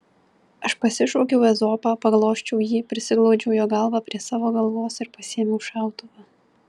aš pasišaukiau ezopą paglosčiau jį prisiglaudžiau jo galvą prie savo galvos ir pasiėmiau šautuvą